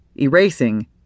erasing